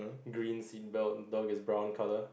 green seatbelt and the dog is brown colour